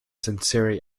sincerity